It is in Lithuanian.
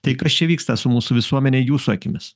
tai kas čia vyksta su mūsų visuomene jūsų akimis